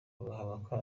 bahabwa